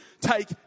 take